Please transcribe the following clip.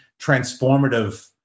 transformative